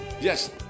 Yes